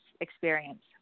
experience